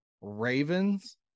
Ravens